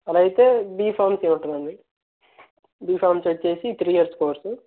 అలా అయితే B pharmacy ఉంటుందండి బి ఫార్మసీ వచ్చి త్రీ ఇయర్స్ కోర్సు